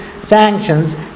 sanctions